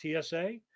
TSA